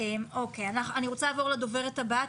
אני רוצה לעבור לדוברת הבאה.